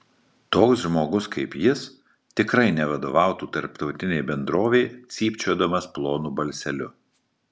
toks žmogus kaip jis tikrai nevadovautų tarptautinei bendrovei cypčiodamas plonu balseliu